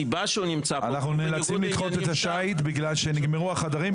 אנחנו נאלצים לדחות את השיט בגלל שנגמרו החדרים,